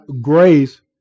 grace